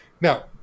now